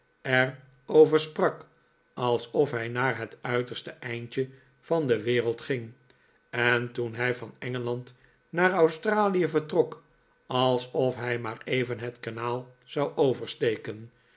er over sprak alsof hij naar het uiterste eindje van de wereld ging en toen hij van engeland naar australie vertrok alsof hij maar even het kanaal zou oversteken